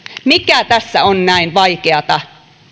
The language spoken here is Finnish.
mikä tässä on näin vaikeata